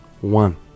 One